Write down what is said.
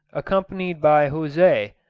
accompanied by jose,